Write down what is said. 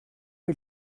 est